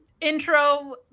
intro